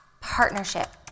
partnership